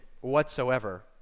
whatsoever